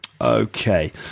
Okay